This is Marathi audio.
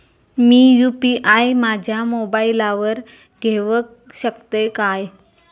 मी यू.पी.आय माझ्या मोबाईलावर घेवक शकतय काय?